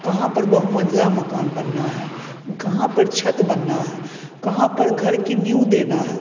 कहाँ पर बहुमन्जिला मकान बनना है कहाँ पर छत बननी है कहाँ पर घर की नींव देनी है